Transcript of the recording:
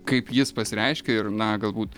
kaip jis pasireiškia ir na galbūt